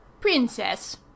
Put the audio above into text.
Princess